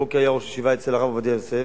הבוקר היה ראש ישיבה אצל הרב עובדיה יוסף.